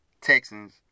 Texans